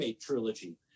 trilogy